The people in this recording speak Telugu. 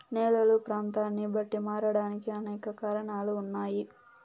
నేలలు ప్రాంతాన్ని బట్టి మారడానికి అనేక కారణాలు ఉన్నాయి